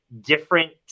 different